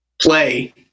play